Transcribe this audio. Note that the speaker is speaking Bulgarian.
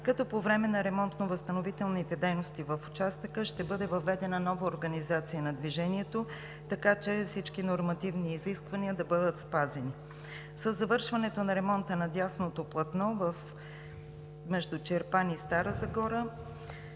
като по време на ремонтно-възстановителните дейности в участъка ще бъде въведена нова организация на движението, така че всички нормативни изисквания да бъдат спазени. Със завършването на ремонта на дясното платно между Чирпан и Стара Загора